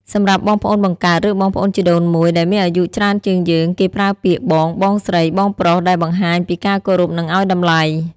សម្រាប់បងប្អូនបង្កើត ឬបងប្អូនជីដូនមួយដែលមានអាយុច្រើនជាងយើង គេប្រើពាក្យ បង បងស្រី បងប្រុសដែលបង្ហាញពីការគោរព និងឲ្យតម្លៃ។